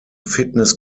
fitness